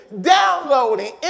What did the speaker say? downloading